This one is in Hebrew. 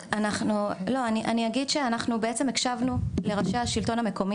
אני אגיד שאנחנו הקשבנו לאנשי השלטון המקומי